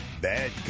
Bad